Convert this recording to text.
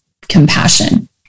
compassion